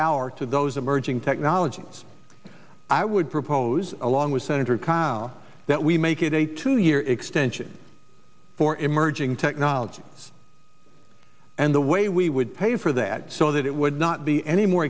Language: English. hour to those emerging technologies i would propose along with senator kyl that we make it a two year extension for emerging technologies and the way we would pay for that so that it would not be any more